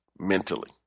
Mentally